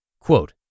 Quote